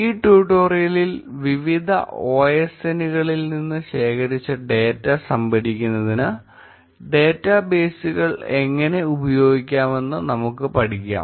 ഈ ട്യൂട്ടോറിയലിൽ വിവിധ OSN കളിൽ നിന്ന് ശേഖരിച്ച ഡാറ്റ സംഭരിക്കുന്നതിന് ഡാറ്റാ ബേസുകൾ എങ്ങനെ ഉപയോഗിക്കാമെന്ന് നമുക്ക് പഠിക്കാം